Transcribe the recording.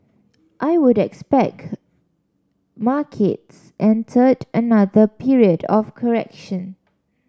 I would expect markets entered another period of correction